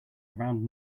around